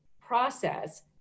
process